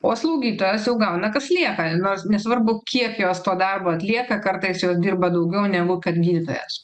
o slaugytojos jau gauna kas lieka nors nesvarbu kiek jos to darbo atlieka kartais dirba daugiau negu kad gydytojas